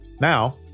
Now